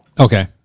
Okay